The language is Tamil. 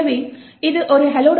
எனவே இது ஒரு hello